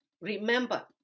Remember